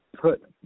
Put